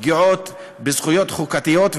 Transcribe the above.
פגיעות בזכויות חוקתיות,